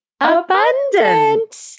abundant